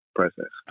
process